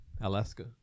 Alaska